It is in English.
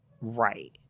right